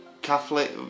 Catholic